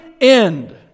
end